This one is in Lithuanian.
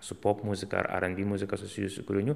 su popmuzika ar aranby muzika susijusių kūrinių